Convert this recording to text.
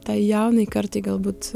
tą jaunai kartai galbūt